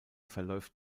verläuft